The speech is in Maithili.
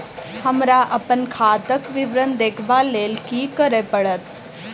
हमरा अप्पन खाताक विवरण देखबा लेल की करऽ पड़त?